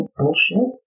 bullshit